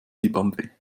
simbabwe